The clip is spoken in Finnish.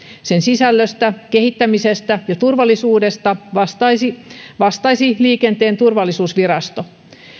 sen sisällöstä kehittämisestä ja turvallisuudesta vastaisi vastaisi liikenteen turvallisuusvirasto